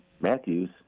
matthews